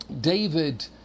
David